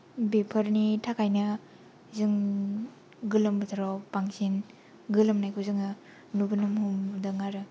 बेफोरनि थाखायनो जों गोलोम बोथोराव बांसिन गोलोमनायखौ जोङो नुबोनो हमदों आरो